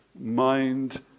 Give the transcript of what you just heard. mind